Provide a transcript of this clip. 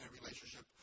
relationship